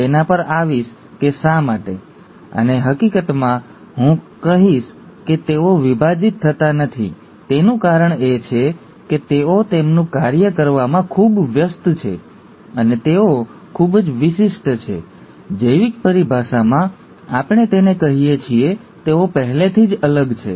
હું તેના પર આવીશ કે શા માટે અને હકીકતમાં હું કહીશ કે તેઓ વિભાજિત થતા નથી તેનું કારણ એ છે કે તેઓ તેમનું કાર્ય કરવામાં ખૂબ વ્યસ્ત છે અને તેઓ ખૂબ જ વિશિષ્ટ છે જૈવિક પરિભાષામાં આપણે તેને કહીએ છીએ તેઓ પહેલેથી જ અલગ છે